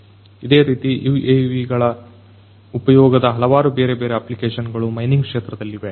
ಇದೇ ರೀತಿ UAVಗಳ ಉಪಯೋಗದ ಹಲವಾರು ಬೇರೆ ಬೇರೆ ಅಪ್ಲಿಕೇಶನ್ಗಳು ಮೈನಿಂಗ್ ಕ್ಷೇತ್ರದಲ್ಲಿವೆ